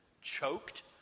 choked